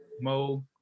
Mo